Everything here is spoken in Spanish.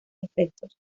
efectos